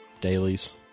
Dailies